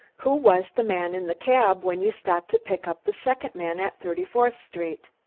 who was the man in the cab when you stopped to pick up the second man at thirty-fourth street?